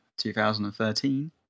2013